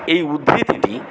এই উদ্ধৃতিটি